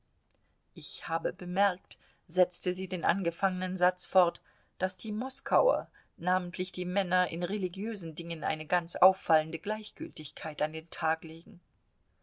ich habe bemerkt setzte sie den angefangenen satz fort daß die moskauer namentlich die männer in religiösen dingen eine ganz auffallende gleichgültigkeit an den tag legen